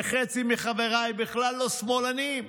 וחצי מחבריי בכלל לא שמאלנים.